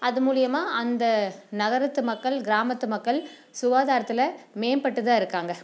அது மூலயமா அந்த நகரத்து மக்கள் கிராமத்து மக்கள் சுகாதாரத்தில் மேம்பட்டுதான் இருக்காங்க